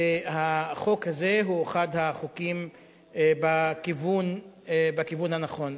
והחוק הזה הוא אחד החוקים בכיוון הנכון.